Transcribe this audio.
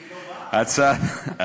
היא עוד לא באה מאז?